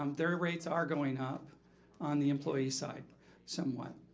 um their rates are going up on the employee side somewhat.